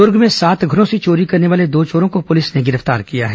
दूर्ग में सात घरों से चोरी करने वाले दो चोरों को पुलिस ने गिरफ्तार किया है